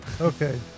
Okay